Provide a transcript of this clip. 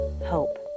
hope